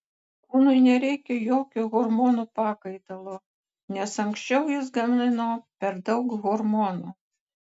kūnui nereikia jokio hormonų pakaitalo nes anksčiau jis gamino per daug hormonų